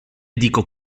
dico